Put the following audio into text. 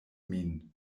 min